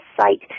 site